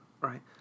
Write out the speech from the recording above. Right